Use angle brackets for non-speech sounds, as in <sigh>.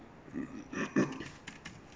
<coughs>